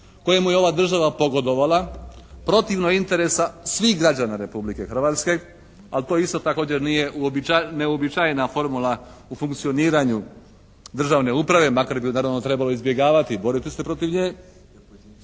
kojemu je ova država pogodovala protivno interesa svih građana Republike Hrvatske. Ali to isto također nije neuobičajena formula u funkcioniranju državne uprave, makar bi je naravno trebalo izbjegavati, boriti se protiv nje.